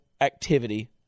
activity